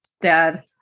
Dad